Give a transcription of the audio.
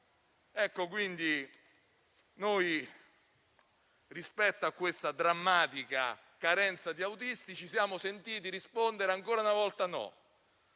resto d'Europa. Rispetto a questa drammatica carenza di autisti, ci siamo sentiti rispondere ancora una volta no.